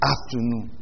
Afternoon